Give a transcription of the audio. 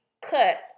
cut